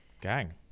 Gang